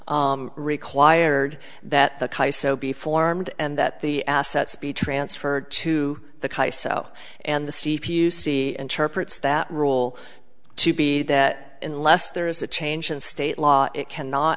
am required that the chi so be formed and that the assets be transferred to the chi so and the c p you see interprets that rule to be that unless there is a change in state law it cannot